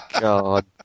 God